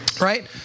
right